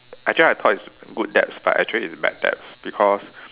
actually I thought it's good debts but actually it's bad debts because